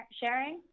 sharing